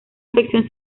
afección